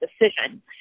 decision